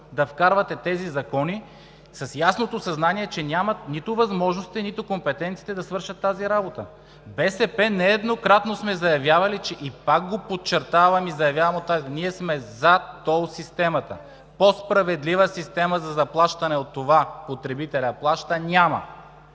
да вкарвате тези закони, с ясното съзнание, че нямат нито възможностите, нито компетенциите да свършат тази работа. От БСП нееднократно сме заявявали, и пак го подчертавам и заявявам от тази трибуна: ние сме за тол системата. По-справедлива система за заплащане от това „потребителят плаща“ няма.